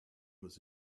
was